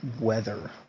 weather